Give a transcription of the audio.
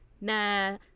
Nah